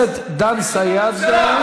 חבר הכנסת דן סידה,